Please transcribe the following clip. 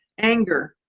anger,